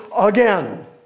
again